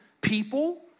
people